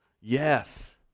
Yes